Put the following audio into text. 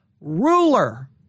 ruler